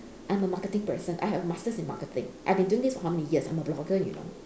I'm a marketing person I have masters in marketing I've been doing this for how many years I'm a blogger you know